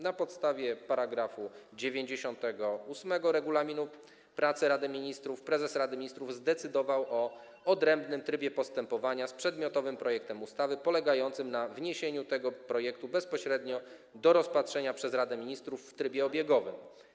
Na podstawie § 98 Regulaminu pracy Rady Ministrów prezes Rady Ministrów zdecydował o odrębnym trybie postępowania z przedmiotowym projektem ustawy, polegającym na wniesieniu tego projektu bezpośrednio do rozpatrzenia przez Radę Ministrów w trybie obiegowym.